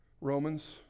Romans